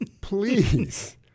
Please